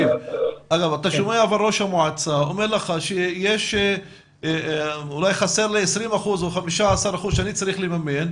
אתה שומע שראש המועצה אומר שאולי חסר לו 20% או 15% שהוא צריך לממן.